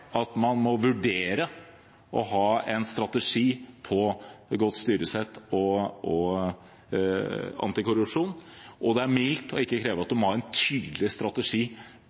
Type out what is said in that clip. at man må vurdere å ha en strategi for godt styresett og antikorrupsjon. Og det er mildt ikke å kreve at man må ha en tydelig strategi